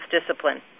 discipline